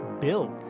Bill